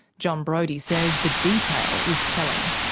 jon brodie says the detail is telling.